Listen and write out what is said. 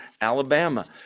Alabama